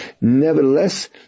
Nevertheless